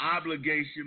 obligation